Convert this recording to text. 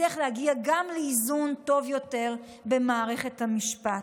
נצליח להגיע גם לאיזון טוב יותר עם מערכת המשפט.